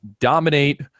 dominate